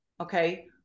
Okay